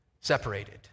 separated